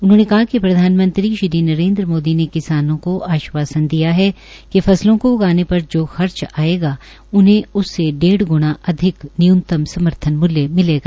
उन्होंने कहा कि प्रधानमंत्री श्री नरेन्द्र मोदी ने किसानों को आश्वासन दिया है कि फसलों को उगाने पर जो खर्च आयेगा उन्हें उससे डेढ़ ग्णा अधिक न्यूनतम समर्थन मूल्य मिलेगा